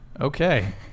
Okay